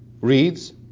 reads